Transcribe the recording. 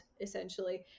essentially